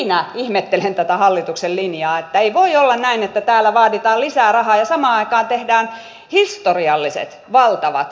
siinä ihmettelen tätä hallituksen linjaa että ei voi olla näin että täällä vaaditaan lisää rahaa ja samaan aikaan tehdään historialliset valtavat leikkaukset